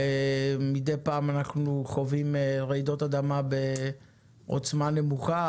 ומדי פעם אנחנו חווים רעידות אדמה בעוצמה נמוכה,